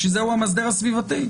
לכן הוא מאסדר סביבתי.